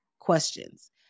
questions